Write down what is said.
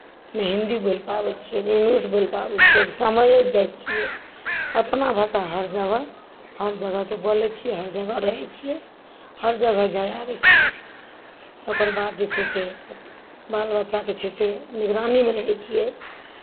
ने हिन्दी बोलि पाबै छियै ने इंग्लिश बोलि पाबै छियै केवल समझि जाइ छियै अपना भाषा हर जगह हर जगहके बोलै छियै हर जगह रहै छियै हर जगह जाइ आबै छियै ओकर बाद जे छै से बाल बच्चाके छै से निगरानीमे रहै छियै